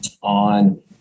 on